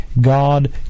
God